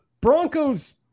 Bronco's